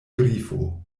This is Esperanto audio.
grifo